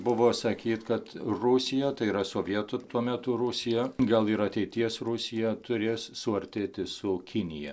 buvo sakyt kad rusija yra sovietų tuo metu rusija gal ir ateities rusija turės suartėti su kinija